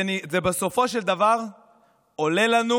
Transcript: זה בסופו של דבר עולה לנו